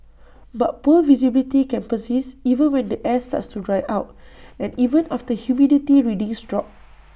but poor visibility can persist even when the air starts to dry out and even after humidity readings drop